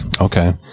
Okay